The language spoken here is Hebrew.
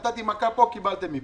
נתתי מכה פה וקיבלתם מפה.